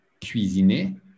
cuisiner